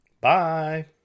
Bye